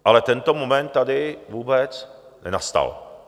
Ale tento moment tady vůbec nenastal.